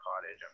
cottage